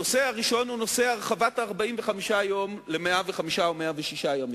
הנושא הראשון הוא הרחבת ה-45 יום ל-105 או ל-106 יום.